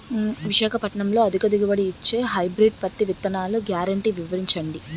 విశాఖపట్నంలో అధిక దిగుబడి ఇచ్చే హైబ్రిడ్ పత్తి విత్తనాలు గ్యారంటీ వివరించండి?